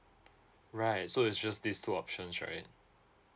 right so it's just these two options right